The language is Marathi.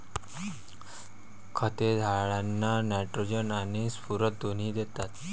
खते झाडांना नायट्रोजन आणि स्फुरद दोन्ही देतात